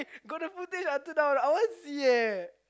eh got the footage until now or not I want see eh